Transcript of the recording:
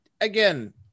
again